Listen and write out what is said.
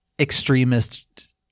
extremist